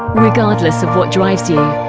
regardless of what drives you,